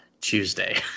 Tuesday